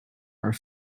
are